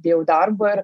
dėl darbo ir